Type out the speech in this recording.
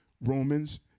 Romans